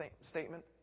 statement